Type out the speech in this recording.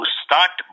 start